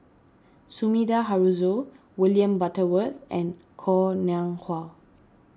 Sumida Haruzo William Butterworth and Koh Nguang Hua